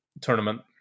tournament